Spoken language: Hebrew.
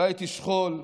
ראיתי שכול,